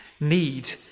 need